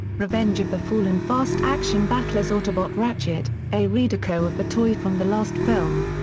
revenge of the fallen fast action battlers autobot ratchet a redeco of the toy from the last film.